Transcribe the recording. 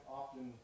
often